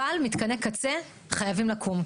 אבל מתקני קצה חייבים לקום,